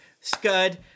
scud